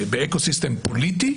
באקו-סיסטם פוליטי.